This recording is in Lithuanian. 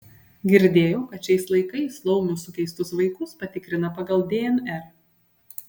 girdėjau kad šiais laikais laumių sukeistus vaikus patikrina pagal dnr